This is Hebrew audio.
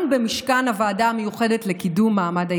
במשכן הוועדה המיוחדת לקידום מעמד הילד.